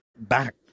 back